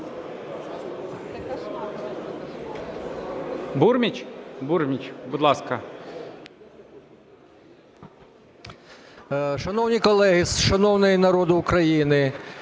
Бурміч, будь ласка.